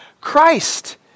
Christ